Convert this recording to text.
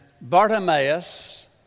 Bartimaeus